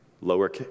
lower